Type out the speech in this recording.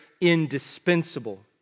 indispensable